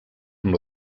amb